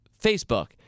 Facebook